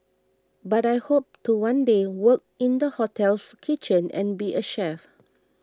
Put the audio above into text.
but I hope to one day work in the hotel's kitchen and be a chef